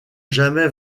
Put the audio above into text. jamais